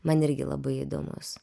man irgi labai įdomus